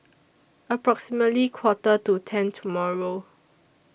approximately Quarter to ten tomorrow